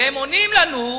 והם עונים לנו: